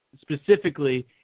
specifically